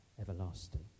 everlasting